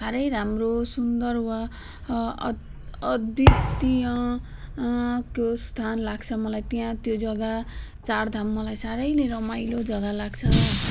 साह्रै राम्रो सुन्दर वा अद् अद्वितीय को स्थान लाग्छ मलाई त्यहाँ त्यो जगा चार धाम मलाई साह्रै नै रमाइलो जगा लाग्छ